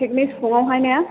picnic स्पटावहाय ना